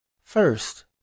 first